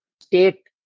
state